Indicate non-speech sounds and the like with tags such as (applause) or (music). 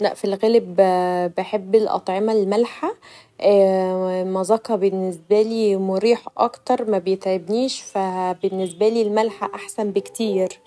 لا في الغالب بحب الأطعمه المالحه مذاقها بالنسبالي مريح اكتر مبيتعبنيش بالنسبالي (noise) الملح احسن بكتير.